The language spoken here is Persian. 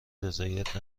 رضایت